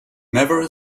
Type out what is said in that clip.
never